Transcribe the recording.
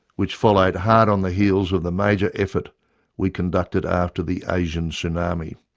which followed hard on the heels of the major effort we conducted after the asian tsunami.